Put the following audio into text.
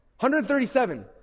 137